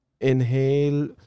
Inhale